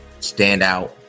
standout